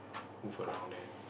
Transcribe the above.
move around there